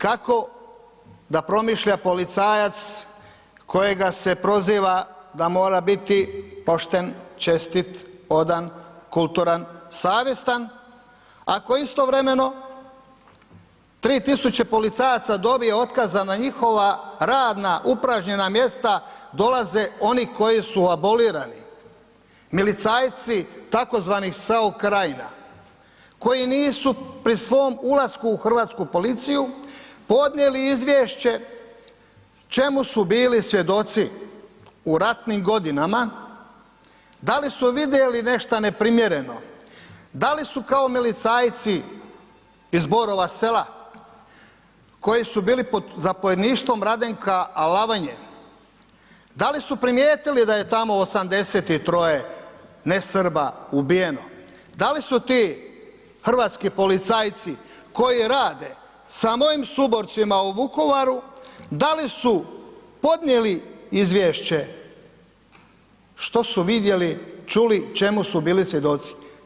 Kako da promišlja policajac kojega se proziva da mora biti pošten, čestit, odan, kulturan, savjestan, ako istovremeno tri tisuće policajaca dobije otkaz, a na njihova radna upražnjena mjesta, dolaze oni koji su abolirani, milicajci tako zvanih SAO Krajina koji nisu pri svom ulasku u hrvatsku policiju podnijeli Izvješće čemu su bili svjedoci u ratnim godinama, da li su vidjeli nešta neprimjereno, da li su kao milicajci iz Borova sela koji su bili pod zapovjedništvom Radenka Alavanje, da li su primijetili da je tamo 83 nesrba ubijeno, da li su ti hrvatski policajci koji rade sa mojim suborcima u Vukovaru da li su podnijeli Izvješće što su vidjeli, čuli, čemu su bili svjedoci?